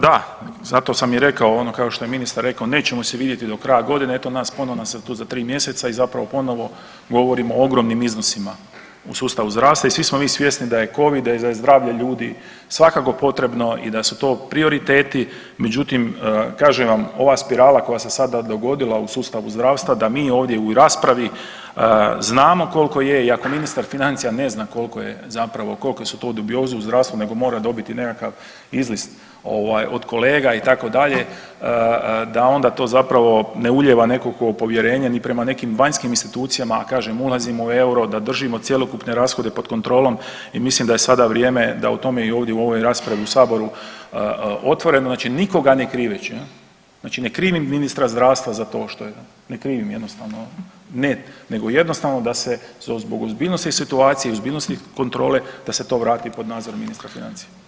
Da, zato sam i rekao ono kao što je ministar rekao nećemo se vidjeti do kraja godine, eto nas ponovno tu za 3 mjeseca i zapravo govorimo o ogromnim iznosima u sustavu zdravstva i svi smo mi svjesni da je covid i da je zdravlje ljudi svakako potrebno i da su to prioriteti, međutim kažem vam ova spirala koja se sada dogodila u sustavu zdravstvu da mi ovdje i u raspravi znamo kolko je i ako ministar financija ne zna kolko je zapravo, kolke su to dubioze u zdravstvu nego mora dobiti nekakav izlist ovaj od kolega itd. da onda to zapravo ne ulijeva nekakvo povjerenje ni prema nekim vanjskim institucijama, a kažem ulazimo u euro, da držimo cjelokupne rashode pod kontrole i mislim da je sada vrijeme da o tome i ovdje u ovoj raspravi u saboru otvoreno znači nikoga ne kriveći jel, znači ne krivim ministra zdravstva za to što je, ne krivim jednostavno, ne, nego jednostavno da se zbog ozbiljnosti situacije i ozbiljnosti kontrole da se to vrati pod nadzor ministra financija.